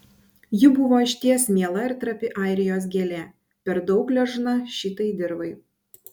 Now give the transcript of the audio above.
ji buvo išties miela ir trapi airijos gėlė per daug gležna šitai dirvai